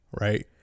Right